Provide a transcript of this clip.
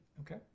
Okay